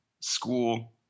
school